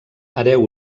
hereu